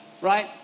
Right